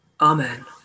Amen